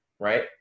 right